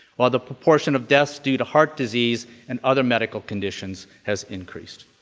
while the proportion of deaths due to heart disease and other medical conditions has increased.